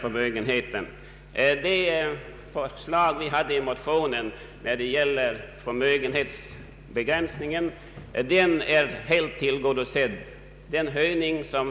Förslagen i motionen beträffande förmögenhetsbegränsningen har blivit helt tillgodosett.